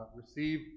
Receive